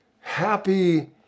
happy